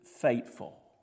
faithful